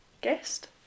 guest